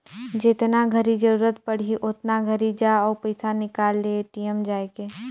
जेतना घरी जरूरत पड़ही ओतना घरी जा अउ पइसा निकाल ले ए.टी.एम जायके